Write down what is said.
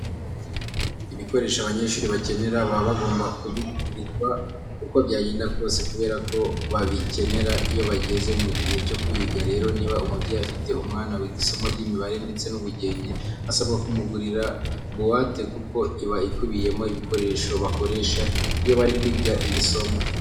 Ibikoresho abanyeshuri bakenera baba bagomba kubigurirwa uko byagenda kose, kubera ko babikenera iyo bageze mu gihe cyo kwiga. Rero niba umubyeyi afite umwana wiga isomo ry'imibare ndetse n'ubugenge, asabwa kumugurira buwate kuko iba ikubiyemo ibikoresho bakoresha iyo bari kwiga iri somo.